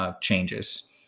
changes